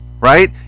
right